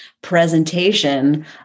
presentation